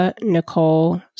Nicole